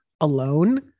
alone